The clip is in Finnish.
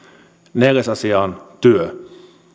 neljäs asia on työ